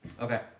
Okay